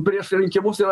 prieš rinkimus yra